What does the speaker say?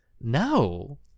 No